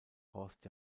horst